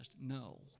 No